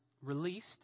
released